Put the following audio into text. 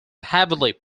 heavily